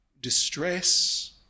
distress